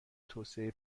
توسعه